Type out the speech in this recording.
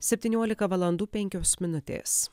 septyniolika valandų penkios minutės